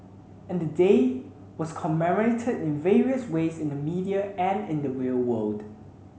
and the day was commemorated in various ways in the media and in the real world